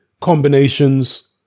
combinations